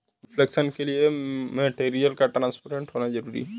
reflection के लिए material का ट्रांसपेरेंट होना जरूरी है